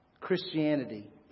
Christianity